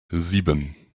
sieben